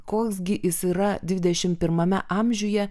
koks gi jis yra dvidešimt pirmame amžiuje